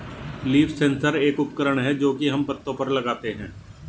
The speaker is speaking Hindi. लीफ सेंसर एक उपकरण है जो की हम पत्तो पर लगाते है